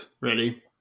Ready